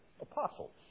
apostles